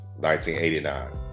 1989